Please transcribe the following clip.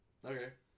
Okay